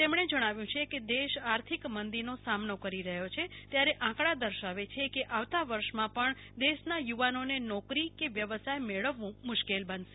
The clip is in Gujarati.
તેમને જણાવ્યું છે કે દેશ આર્થિક મંદીનો સામનો કરી રહ્યો છે ત્યારે આંકડા દર્શાવે છે કે આવતા વર્ષોમાં પણ દેશના યુવાનોને નોકરી કે વ્યવસાય મેળવવું મુશ્કેલ બનશે